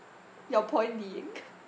your point being